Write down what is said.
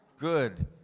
Good